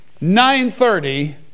930